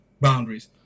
boundaries